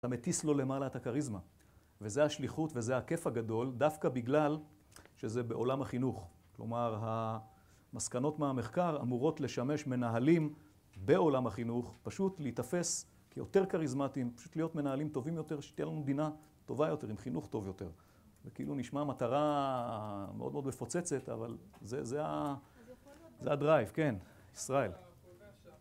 אתה מטיס לו למעלה את הכריזמה, וזה השליחות, וזה הכיף הגדול, דווקא בגלל שזה בעולם החינוך, כלומר, המסקנות מהמחקר אמורות לשמש מנהלים בעולם החינוך, פשוט להתאפס כיותר כריזמטיים, פשוט להיות מנהלים טובים יותר, שתהיה לנו מדינה טובה יותר, עם חינוך טוב יותר, זה כאילו נשמע מטרה מאוד מאוד מפוצצת, אבל זה הדרייב, כן, ישראל